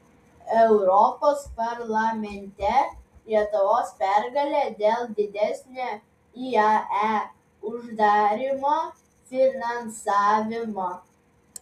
europos parlamente lietuvos pergalė dėl didesnio iae uždarymo finansavimo